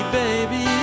baby